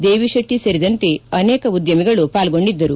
ದೇವಿಶೆಟ್ಲ ಸೇರಿದಂತೆ ಅನೇಕ ಉದ್ಲಮಿಗಳು ಪಾಲ್ಗೊಂಡಿದ್ದರು